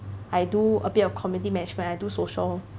I do a bit of community management I do social